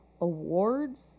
awards